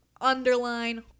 underline